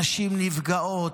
נשים נפגעות,